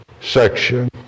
section